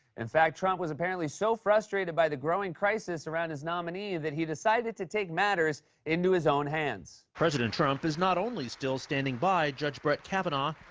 in fact, trump was apparently so frustrated by the growing crisis around his nominee that he decided to take matters into his own hands. president trump is not only still standing by judge brett kavanaugh,